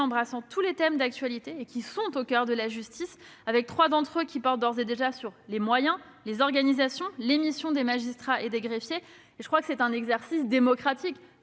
embrassent tous les thèmes d'actualité qui sont au coeur de la justice. Trois d'entre eux portent d'ores et déjà sur les moyens, les organisations et les missions des magistrats et des greffiers. C'est un exercice démocratique